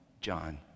John